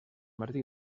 martí